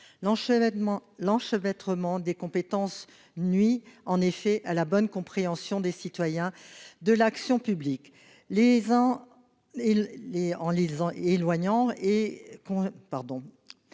L'enchevêtrement des compétences nuit en effet à la bonne compréhension par les citoyens de l'action publique, les en éloigne et